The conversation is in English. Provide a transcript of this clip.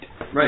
Right